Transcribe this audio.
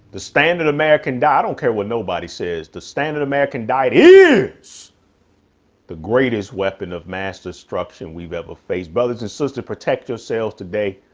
the standard american diet. i don't care what nobody says. the standard american diet is the greatest weapon of mass destruction we've ever faced. brothers and sisters, protect yourselves today.